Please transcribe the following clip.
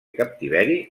captiveri